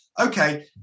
okay